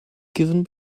given